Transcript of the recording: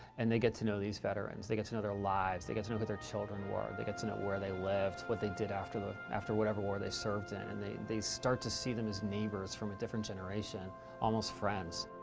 and they get to know these veterans they get to know their lives, they get to know who their children were, they get to know where they lived, what they did after, after whatever war they served in. and they they start to see them as neighbors from a different generation almost friends.